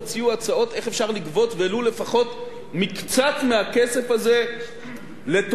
מקצת מהכסף הזה לטובת מדינת ישראל ואזרחיה.